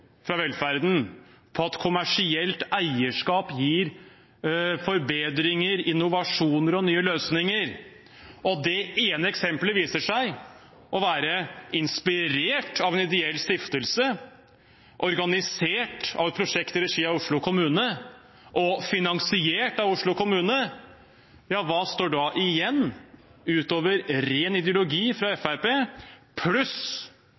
fra velferden på at kommersielt eierskap gir forbedringer, innovasjoner og nye løsninger, og det ene eksempelet viser seg å være inspirert av en ideell stiftelse, organisert av et prosjekt i regi av Oslo kommune og finansiert av Oslo kommune, hva står da igjen, utover ren ideologi fra Fremskrittspartiet pluss